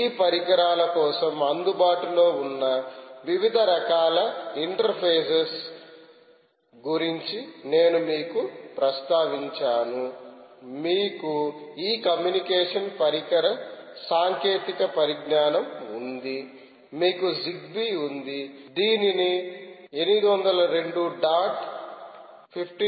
ఈ పరికరాల కోసం అందుబాటులో ఉన్న వివిధ రకాల ఇంటర్ఫేస్ల గురించి నేను మీకు ప్రస్తావించాను మీకు ఈ కమ్యూనికేషన్ పరికర సాంకేతిక పరిజ్ఞానం ఉంది మీకు జిగ్బీ ఉంది దీనిని 802 డాట్ 15